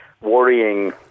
worrying